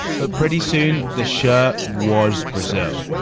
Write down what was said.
but pretty soon the shirt was brazil.